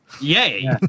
Yay